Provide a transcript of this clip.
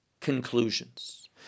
conclusions